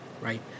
right